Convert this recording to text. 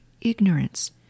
ignorance